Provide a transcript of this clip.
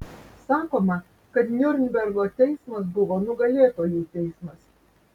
sakoma kad niurnbergo teismas buvo nugalėtojų teismas